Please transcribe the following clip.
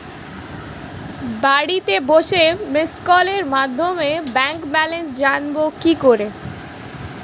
বাড়িতে বসে মিসড্ কলের মাধ্যমে ব্যাংক ব্যালেন্স জানবো কি করে?